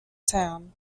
town